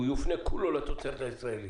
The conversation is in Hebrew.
הוא יופנה כולו לתוצרת הישראלית.